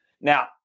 Now